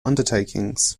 undertakings